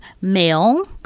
male